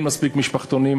אין מספיק משפחתונים.